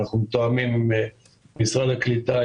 אנחנו מתואמים עם משרד הקליטה,